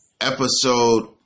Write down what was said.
Episode